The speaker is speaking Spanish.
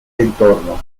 entorno